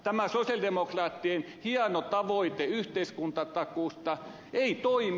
tämä sosialidemokraattien hieno tavoite yhteiskuntatakuusta ei toimi